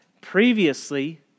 Previously